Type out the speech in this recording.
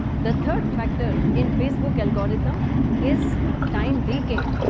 the third factor in facebook algorithm is time decay.